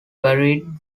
buried